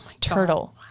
turtle